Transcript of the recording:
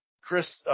Chris